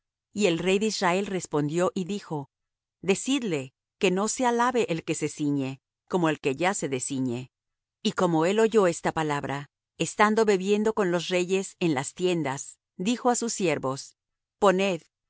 y el rey de israel respondió y dijo decidle que no se alabe el que se ciñe como el que ya se desciñe y como él oyó esta palabra estando bebiendo con los reyes en las tiendas dijo á sus siervos poned y